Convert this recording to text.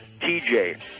TJ